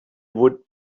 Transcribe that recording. would